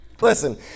Listen